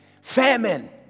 famine